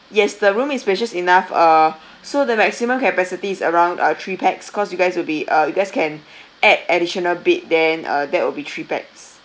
yes the room is spacious enough uh so the maximum capacity is around uh three pax cause you guys will be uh you guys can add additional bed then uh that will be three pax